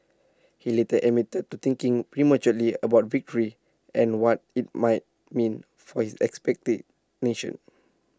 he later admitted to thinking prematurely about victory and what IT might mean for his expectant nation